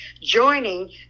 joining